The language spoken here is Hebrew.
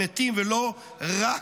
הם מתים ולא "רק"